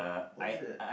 what is that